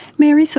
mary, so